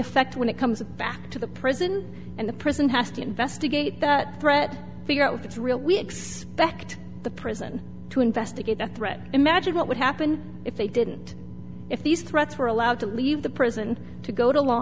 effect when it comes back to the prison and the prison has to investigate that threat figure out if it's real we expect the prison to investigate the threat imagine what would happen if they didn't if these threats were allowed to leave the prison to go to law